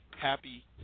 happy